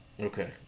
Okay